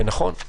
נכון,